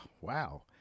wow